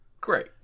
Great